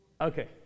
okay